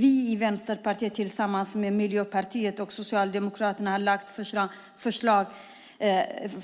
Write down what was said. Vi i Vänsterpartiet har tillsammans med Miljöpartiet och Socialdemokraterna